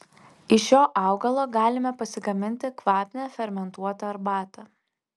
iš šio augalo galime pasigaminti kvapnią fermentuotą arbatą